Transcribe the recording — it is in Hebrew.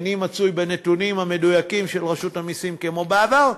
ואיני מצוי בנתונים המדויקים של רשות המסים כמו בעבר,